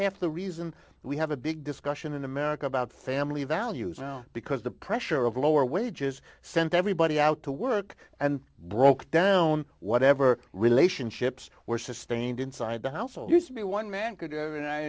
half the reason we have a big discussion in america about family values now because the pressure of lower wages sent everybody out to work and broke down whatever relationships were sustained inside the household used to be one man